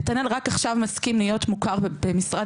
נתנאל רק עכשיו מסכים להיות מוכר במשרד